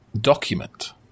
document